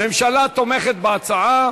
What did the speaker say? הממשלה תומכת בהצעה.